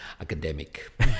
academic